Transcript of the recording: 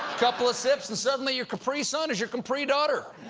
couple of sips, and suddenly your capri-sun is your capri-daughter!